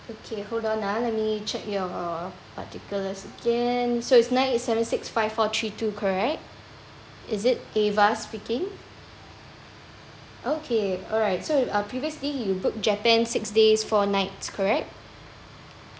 okay hold on ah let me check your particulars again so it's nine eight seven six five four three two correct is it ava speaking okay alright so uh previously you book japan six days four nights correct